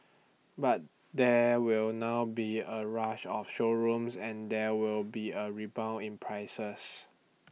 but there will now be A rush of showrooms and there will be A rebound in prices